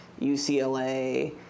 UCLA